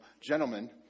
gentlemen